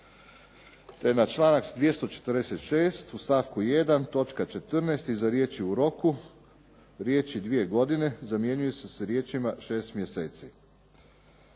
te na članak 246. u stavku 1. točka 14. iza riječi: " u roku", riječi: "dvije godine", zamjenjuju se sa riječima: "6 mjeseci".